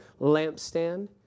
lampstand